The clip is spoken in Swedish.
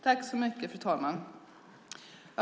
Fru talman!